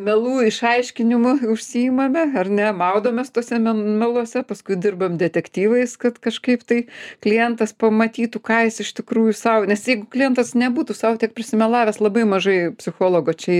melų išaiškinimu užsiimame ar ne maudomės tuose meluose paskui dirbam detektyvais kad kažkaip tai klientas pamatytų ką jis iš tikrųjų sau nes jeigu klientas nebūtų sau tiek prisimelavęs labai mažai psichologo čia